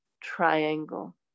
Triangle